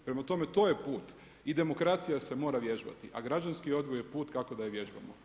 Prema tome, to je put i demokracija se mora vježbati, a građanski odgoj je put kako da je vježbamo.